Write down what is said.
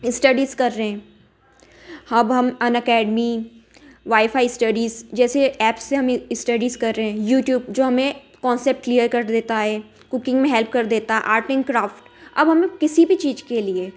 studies कर रहें हब हम अनएकेडमी वाई फाई स्टडीस जैसे ऐप से हमें स्टडीस कर रहें यूट्यूब जो हमें कॉन्सेप्ट क्लियर कर देता है कूकिंग में हेल्प कर देता आर्ट एन क्राफ्ट अब हमें किसी भी चीज़ के लिए